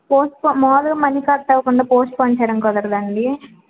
post phone మాములుగా money cut అవకుండా postpone చేయడం కుదరదా అండీ